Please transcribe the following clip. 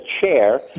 chair